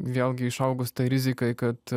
vėlgi išaugus tai rizikai kad